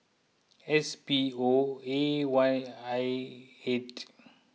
S P O A Y I eight